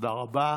תודה רבה.